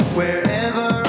wherever